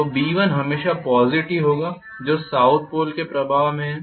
तो B1 हमेशा positive होगा जो साउथ पोल के प्रभाव में है